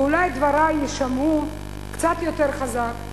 ואולי דברי יישמעו קצת יותר חזק.